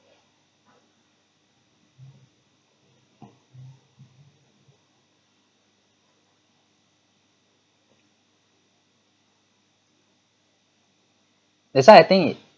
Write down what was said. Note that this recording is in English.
that's why I think